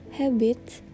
habits